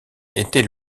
était